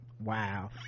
wow